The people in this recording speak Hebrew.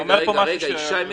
אני